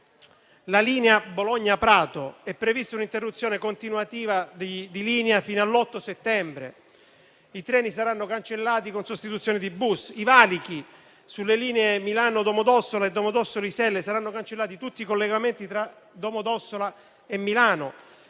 la linea Bologna-Prato, è prevista un'interruzione continuativa di linea fino all'8 settembre. I treni saranno cancellati e sostituiti con bus. In merito ai valichi: sulle linee Milano-Domodossola e Domodossola-Iselle saranno cancellati tutti i collegamenti tra Domodossola e Milano.